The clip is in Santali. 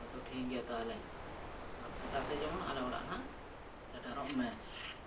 ᱦᱳᱭᱛᱳ ᱴᱷᱤᱠ ᱜᱮᱭᱟ ᱛᱟᱦᱚᱞᱮ ᱜᱟᱯᱟ ᱥᱮᱛᱟᱜᱼᱛᱮ ᱡᱮᱢᱚᱱ ᱟᱞᱮ ᱚᱲᱟᱜ ᱦᱟᱸᱜ ᱥᱮᱴᱮᱨᱚᱜ ᱢᱮ